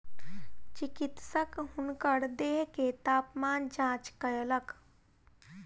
चिकित्सक हुनकर देह के तापमान जांच कयलक